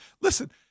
Listen